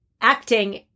acting